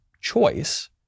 choice